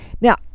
now